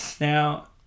Now